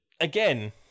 again